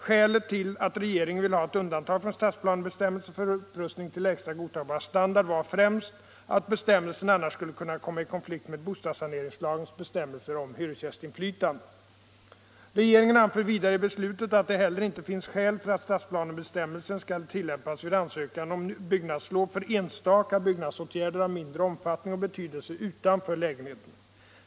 Skälet till att regeringen ville ha ett undantag från stadsplanebestämmelsen för upprustning till lägsta godtagbara standard var främst att bestämmelsen annars skulle kunna komma i konflikt med bostadssaneringslagens bestämmelser om hyresgästinflytandet. Regeringen anför vidare i beslutet att det heller inte finns skäl för att stadsplanebestämmelsen skall tillämpas vid ansökan om byggnadslov för enstaka byggnadsåtgärder av mindre omfattning och betydelse utanför lägenheterna.